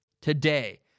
Today